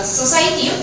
society